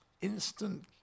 instant